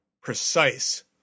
precise